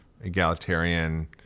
egalitarian